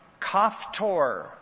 Kaftor